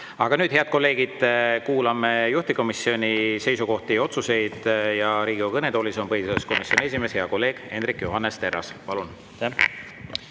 Aga nüüd, head kolleegid, kuulame juhtivkomisjoni seisukohti ja otsuseid. Riigikogu kõnetoolis on põhiseaduskomisjoni esimees, hea kolleeg Hendrik Johannes Terras. Palun!